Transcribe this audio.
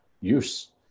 use